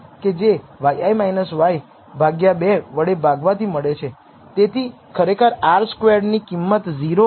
તેથી આ કિસ્સામાં આપણી પાસે આ ચૌદ પોઇન્ટ છે જે આપણે બતાવ્યા છે કે આપણે R નો ઉપયોગ કરીને ડેટા ફીટ કરી દીધો છે